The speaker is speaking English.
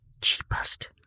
cheapest